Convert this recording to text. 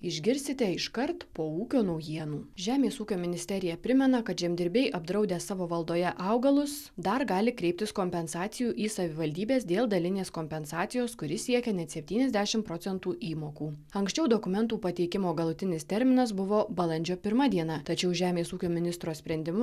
išgirsite iškart po ūkio naujienų žemės ūkio ministerija primena kad žemdirbiai apdraudę savo valdoje augalus dar gali kreiptis kompensacijų į savivaldybes dėl dalinės kompensacijos kuri siekia net septyniasdešimt procentų įmokų anksčiau dokumentų pateikimo galutinis terminas buvo balandžio pirma diena tačiau žemės ūkio ministro sprendimu